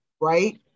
right